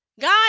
god